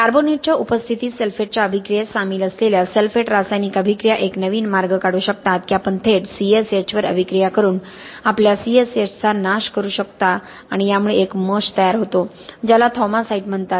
कार्बोनेटच्या उपस्थितीत सल्फेटच्या अभिक्रियेत सामील असलेल्या सल्फेट रासायनिक अभिक्रिया एक नवीन मार्ग काढू शकतात की आपण थेट C S H वर अभिक्रिया करून आपल्या C S H चा नाश करू शकता आणि यामुळे एक मश तयार होतो ज्याला थौमासाइट म्हणतात